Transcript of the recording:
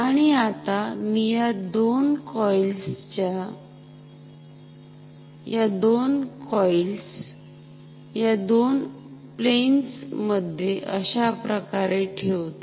आणि आता मी या दोन कॉईल्स या दोन प्लेन्स मध्ये अशाप्रकारे ठेवतो